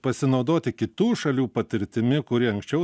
pasinaudoti kitų šalių patirtimi kuri anksčiau